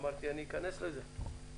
אמרתי שאני אכנס לזה.